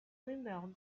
rumeurs